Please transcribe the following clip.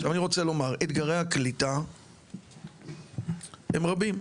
עכשיו אני רוצה לומר, אתגרי הקליטה הם רבים.